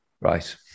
Right